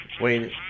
Wait